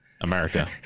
America